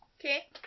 Okay